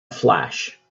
flash